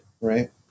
right